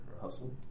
hustle